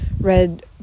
read